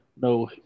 no